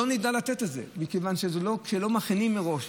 לא נדע לתת את זה, מכיוון שכשלא מכינים מראש.